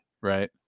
right